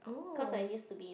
cause I used to be